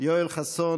יואל חסון,